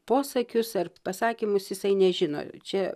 posakius ar pasakymus jisai nežino čia